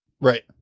Right